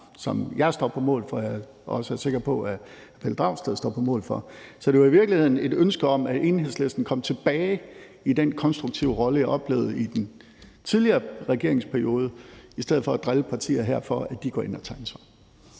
som jeg står på mål for, og som jeg også er sikker på at Pelle Dragsted står på mål for. Så det er i virkeligheden et ønske om, at Enhedslisten kom tilbage den konstruktive rolle, jeg oplevede i den tidligere regeringsperiode, i stedet for at drille partier her med, at de går ind og tager ansvar.